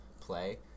play